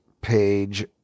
page